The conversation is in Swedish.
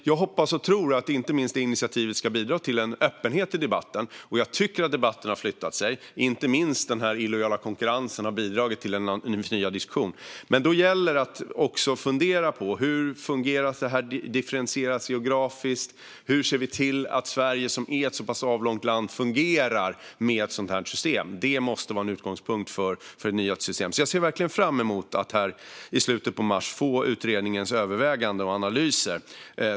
Jag hoppas och tror därför att inte minst detta initiativ ska bidra till en öppenhet i debatten. Och jag tycker att debatten har flyttat sig. Inte minst den illojala konkurrensen har bidragit till en förnyad diskussion. Men då gäller det att också fundera på: Hur fungerar detta och differentieras geografiskt? Och hur ser vi till att Sverige som är ett så avlångt land fungerar med ett sådant system? Det måste vara en utgångspunkt för ett nytt system. Jag ser verkligen fram emot att i slutet av mars få utredningens överväganden och analyser.